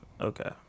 okay